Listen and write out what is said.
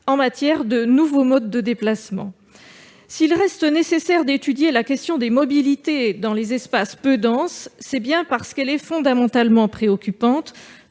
en matière de nouveaux modes de déplacement. S'il reste nécessaire d'étudier la question des mobilités dans les espaces peu denses, c'est bien parce qu'elle est fondamentalement préoccupante,